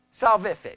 salvific